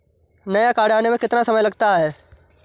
नया कार्ड आने में कितना समय लगता है?